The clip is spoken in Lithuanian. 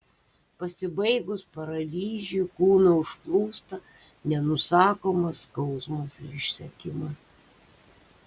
pasibaigus paralyžiui kūną užplūsta nenusakomas skausmas ir išsekimas